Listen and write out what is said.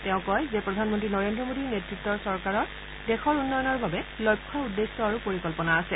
তেওঁ কয় যে প্ৰধানমন্তী নৰেন্দ্ৰ মোদীৰ নেতৃত্বৰ চৰকাৰৰ দেশৰ উন্নয়নৰ বাবে লক্ষ্য উদ্দেশ্য আৰু পৰিকল্পনা আছে